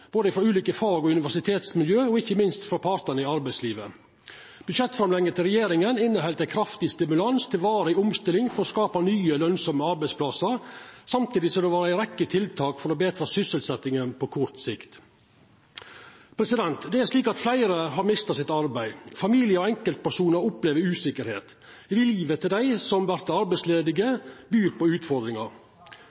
både av ulike fag- og universitetsmiljø og ikkje minst av partane i arbeidslivet. Budsjettframlegget frå regjeringa inneheldt ein kraftig stimulans til varig omstilling for å skapa nye lønsame arbeidsplassar, samtidig som det var ei rekkje tiltak for å betre sysselsetjinga på kort sikt. Fleire har mista arbeidet sitt. Familiar og enkeltpersonar opplever usikkerheit. Livet til dei som vert